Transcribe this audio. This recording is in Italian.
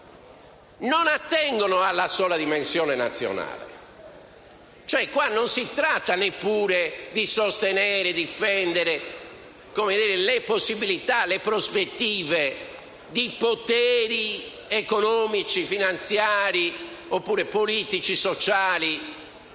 non attiene alla sola dimensione nazionale. Non si tratta neppure di sostenere o difendere le possibilità e le prospettive di poteri economici e finanziari oppure politici e sociali